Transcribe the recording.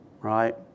right